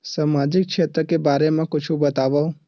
सामजिक क्षेत्र के बारे मा कुछु बतावव?